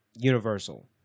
universal